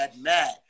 mad